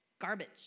Garbage